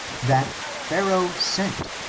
that pharaoh sent,